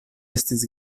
estis